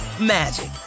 magic